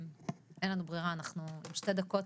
אין לנו ברירה, אנחנו עם שתי דקות.